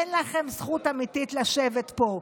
אין לכם זכות אמיתית לשבת פה.